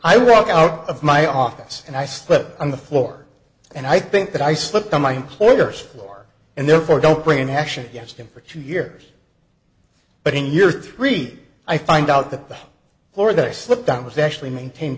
i walk out of my office and i slip on the floor and i think that i slipped on my employer's floor and therefore don't bring an action against him for two years but in year three i find out that the horror that i slipped down was actually maintained